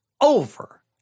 over